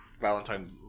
Valentine